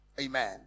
Amen